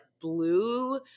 blue